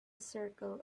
circle